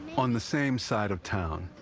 on the same side of town,